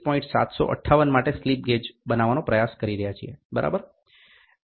758 માટે slip gauge બનાવવાનો પ્રયાસ કરી રહ્યા છીએ બરાબર